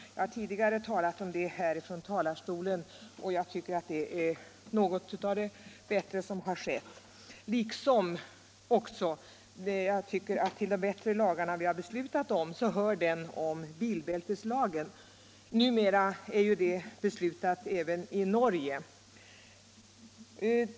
Jag har tidigare talat om det från denna talarstol, och det är något av det bästa som har skett. Till de bättre lagar som vi har beslutat om hör också bilbälteslagen. Numera gäller en sådan också i Norge.